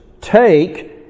take